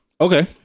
okay